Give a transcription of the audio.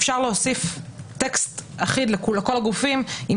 אפשר להוסיף טקסט אחיד לכל הגופים עם